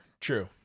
true